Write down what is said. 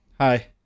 Hi